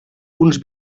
uns